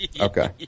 Okay